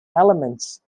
elements